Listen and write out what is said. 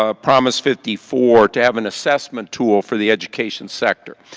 ah promise fifty four to have and assessment tool for the education sector.